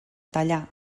tallar